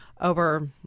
over